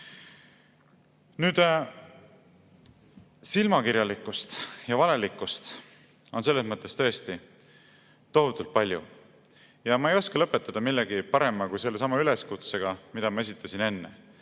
Silmakirjalikkust, valelikkust on selles mõttes tõesti tohutult palju ja ma ei oska lõpetada millegi parema kui sellesama üleskutsega, mille ma enne